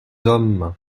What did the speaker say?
hommes